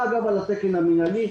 אני רוצה לומר משהו לגבי התקן המינהלי.